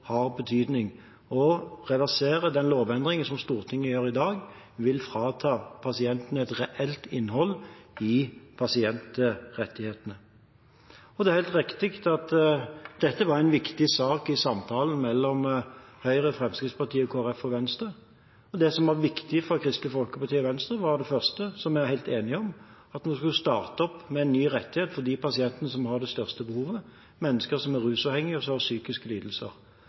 har betydning. Å reversere den lovendringen som Stortinget gjør i dag, vil frata pasienten et reelt innhold i pasientrettighetene. Det er helt riktig at dette var en viktig sak i samtalene mellom Høyre, Fremskrittspartiet, Kristelig Folkeparti og Venstre. Og det som var viktig for Kristelig Folkeparti og Venstre, var det første, som vi er helt enige om, at vi skulle starte opp med en ny rettighet for de pasientene som har de største behovene, mennesker som er rusavhengige og som har psykiske lidelser,